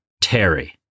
Terry